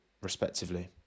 respectively